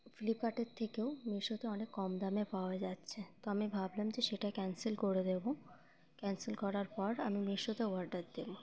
ফ্লিপকার্টের থেকেও মিশোতে অনেক কম দামে পাওয়া যাচ্ছে তো আমি ভাবলাম যে সেটা ক্যান্সেল করে দেবো ক্যান্সেল করার পর আমি মিশোতে অর্ডার দেবো